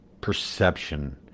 perception